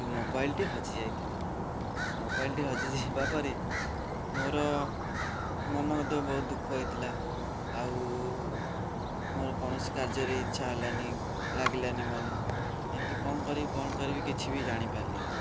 ଯେଉଁ ମୋବାଇଲ୍ଟି ହଜିଯାଇଥିଲା ମୋବାଇଲ୍ଟି ହଜି ଯିବା ପରେ ମୋର ମନ ମଧ୍ୟ ବହୁତ ଦୁଃଖ ହୋଇଥିଲା ଆଉ ମୋର କୌଣସି କାର୍ଯ୍ୟରେ ଇଚ୍ଛା ହେଲାନି ଲାଗିଲାନି ମନ ଏମିତି କ'ଣ କରିବି କ'ଣ କରିବି କିଛି ବି ଜାଣି ପାରିଲିନି